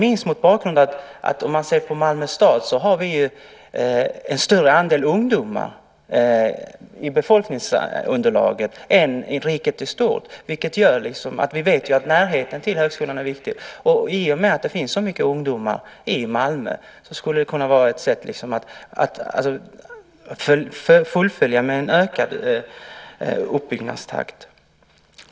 I Malmö stad har vi en större andel ungdomar i befolkningsunderlaget än riket i stort, och vi vet att närheten till högskolan är viktig. I och med att det finns så mycket ungdomar i Malmö skulle det kunna vara ett sätt att fullfölja med en ökad uppbyggnadstakt.